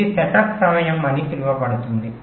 ఇది సెటప్ సమయం అని పిలువబడుతుంది